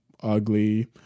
ugly